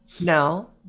No